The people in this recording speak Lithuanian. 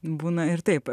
būna ir taip